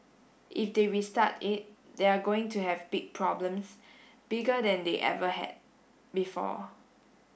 if they restart it they're going to have big problems bigger than they ever had before